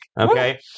Okay